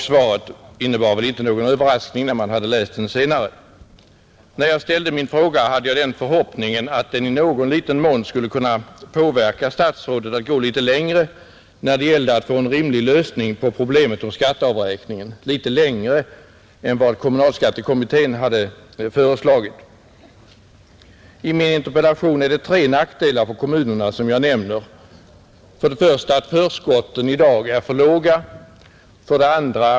Svaret innebar inte någon överraskning när man hade läst den senare, När jag framställde min fråga hade jag den förhoppningen att den i någon mån skulle kunna förmå statsrådet att gå litet längre när det gäller att få en rimlig lösning på problemet om skatteavräkningen — litet längre än vad kommunalskattekommittén hade föreslagit. I min interpellation nämner jag tre nackdelar för kommunerna, nämligen: 1. Förskotten i dag är för låga. 3.